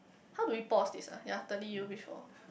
how do we pause this ah ya